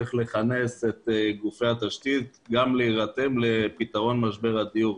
צריך לכנס את גופי התשתית גם להירתם לפתרון משבר הדיור.